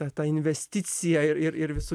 ta ta investicija ir ir visų